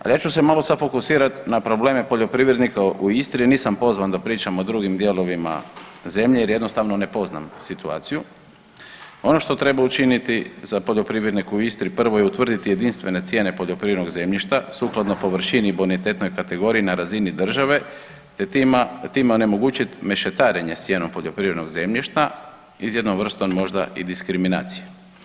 Al ja ću se malo sad fokusirati na probleme poljoprivrednika u Istri, nisam pozvan da pričam o drugim dijelovima zemlje, jer jednostavno ne poznam situaciju, ono što treba učiniti za poljoprivrednike u Istri, prvo je utvrditi jedinstvene cijene poljoprivrednog zemljišta sukladno površini i bonitetnoj kategoriji na razini države, te time onemogućiti mešetarenje s cijenom poljoprivrednog zemljišta i s jednom vrstom možda diskriminacije.